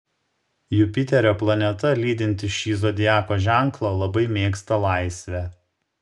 jupiterio planeta lydinti šį zodiako ženklą labai mėgsta laisvę